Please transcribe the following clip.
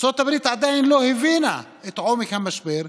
ארצות הברית עדיין לא הבינה את עומק המשבר.